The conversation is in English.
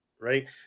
right